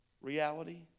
reality